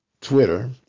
Twitter